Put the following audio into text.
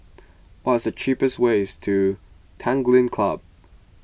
what is the cheapest ways to Tanglin Club